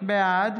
בעד